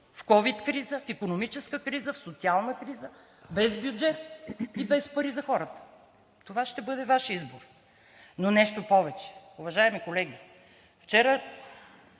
в ковид криза, в икономическа криза, в социална криза, без бюджет, и без пари за хората? Това ще бъде Ваш избор. Но нещо повече, уважаеми колеги, вчера